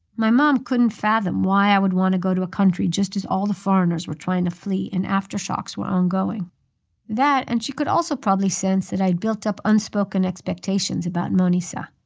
my mom couldn't fathom why i would want to go to a country just as all the foreigners were trying to flee and aftershocks were ongoing that and she could also probably sense that i had built up unspoken expectations about manisha.